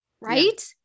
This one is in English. right